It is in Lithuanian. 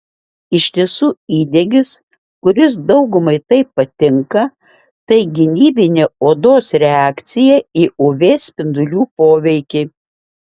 iš tiesų įdegis kuris daugumai taip patinka tai gynybinė odos reakcija į uv spindulių poveikį